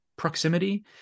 proximity